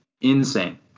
Insane